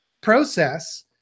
process